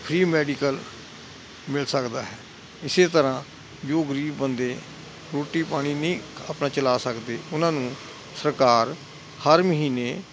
free medical ਮਿਲ ਸਕਦਾ ਹੈ ਇਸ ਤਰ੍ਹਾਂ ਜੋ ਗਰੀਬ ਬੰਦੇ ਰੋਟੀ ਪਾਣੀ ਨਹੀਂ ਆਪਣਾ ਚਲਾ ਸਕਦੇ ਉਹਨਾਂ ਨੂੰ ਸਰਕਾਰ ਹਰ ਮਹੀਨੇ